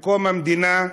עם קום המדינה,